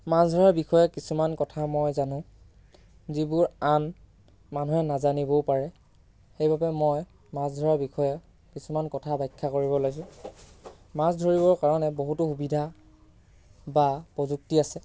মাছ ধৰাৰ বিষয়ে কিছুমান কথা মই জানো যিবোৰ আন মানুহে নাজানিবও পাৰে সেইবাবে মই মাছ ধৰাৰ বিষয়ে কিছুমান কথা বাখ্যা কৰিব ওলাইছোঁ মাছ ধৰিবৰ কাৰণে বহুতো সুবিধা বা প্ৰযুক্তি আছে